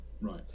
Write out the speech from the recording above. right